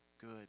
good